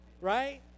right